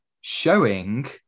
showing